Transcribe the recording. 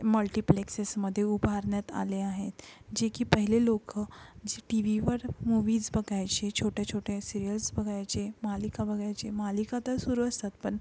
मल्टिप्लेक्सेसमध्ये उभारण्यात आले आहेत जे की पहिले लोक जे टी वीवर मूवीज बघायचे छोटे छोटे सिरियल्स बघायचे मालिका बघायचे मालिका तर सुरू असतात पण